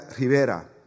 Rivera